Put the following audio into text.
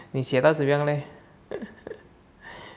你学到怎样 leh